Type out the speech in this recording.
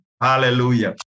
Hallelujah